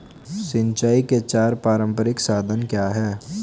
सिंचाई के चार पारंपरिक साधन क्या हैं?